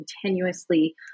continuously